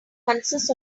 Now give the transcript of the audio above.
consists